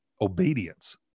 obedience